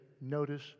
notice